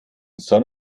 sonn